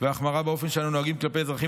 והחמרה באופן שאנו נוהגים כלפי אזרחים